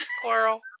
Squirrel